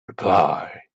reply